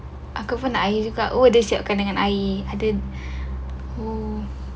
aku pun nak air juga oh dah siapkan dengan air ada oo